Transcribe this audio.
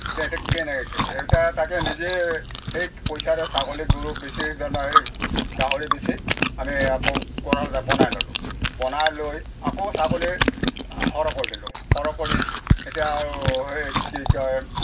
এতিয়া কেনেকৈ কৰিম এতিয়া তাকে নিজে সেই পইচাৰে ছাগলী গৰু বেচি যেনিবা সেই গাহৰি বেচি আমি আকৌ গঁৰাল বনাই ল'লোঁ বনাই লৈ আকৌ ছাগলী সৰহ কৰি দিলোঁ সৰহ কৰি এতিয়া আৰু সেই কি কয়